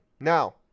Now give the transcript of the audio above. Now